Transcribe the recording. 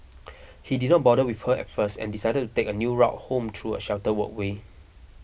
he did not bother with her at first and decided to take a new route home through a sheltered walkway